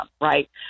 right